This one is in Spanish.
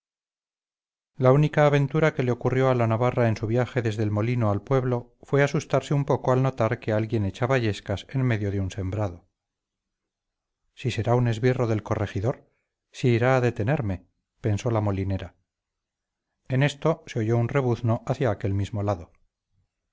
la única aventura que le ocurrió a la navarra en su viaje desde el molino al pueblo fue asustarse un poco al notar que alguien echaba yescas en medio de un sembrado si será un esbirro del corregidor si irá a detenerme pensó la molinera en esto se oyó un rebuzno hacia aquel mismo lado